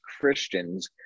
Christians